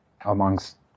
amongst